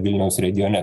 vilniaus regione